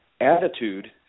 attitude